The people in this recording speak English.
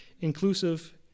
inclusive